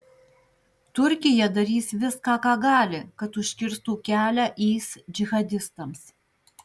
turkija darys viską ką gali kad užkirstų kelią is džihadistams